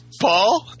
Paul